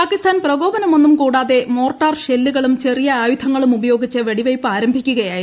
പാകിസ്ഥാൻ പ്രകോപനമൊന്നും കൂടാതെ മോർട്ടാർ ഷെല്ലുകളും ചെറിയ ആയുധങ്ങളും ഉപയോഗിച്ച് വെടിവെയ്പ്പ് ആരംഭിക്കുകയായിരുന്നു